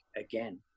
again